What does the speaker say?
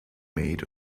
made